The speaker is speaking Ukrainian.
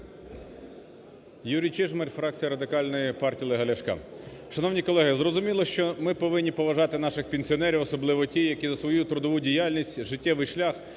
Юрій Чижмарь, фракція Радикальної партії Олега Ляшка. Шановні колеги, зрозуміло, що ми повинні поважати наших пенсіонерів, особливо тих, хто за свою трудову діяльність життєвий шлях